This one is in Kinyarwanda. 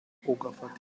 ugafata